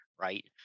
right